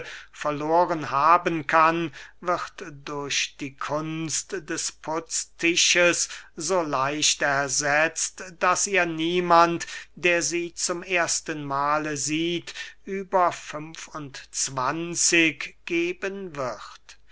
verloren haben kann wird durch die kunst des putztisches so leicht ersetzt daß ihr niemand der sie zum ersten mahle sieht über fünf und zwanzig geben wird